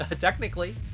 Technically